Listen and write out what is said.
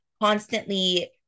constantly